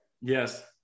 Yes